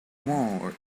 more